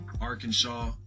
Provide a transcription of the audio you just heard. Arkansas